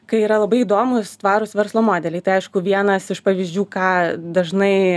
kai yra labai įdomūs tvarūs verslo modeliai tai aišku vienas iš pavyzdžių ką dažnai